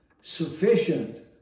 Sufficient